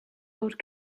old